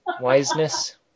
Wiseness